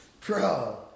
Bro